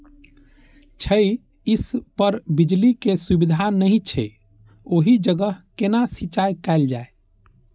छै इस पर बिजली के सुविधा नहिं छै ओहि जगह केना सिंचाई कायल जाय?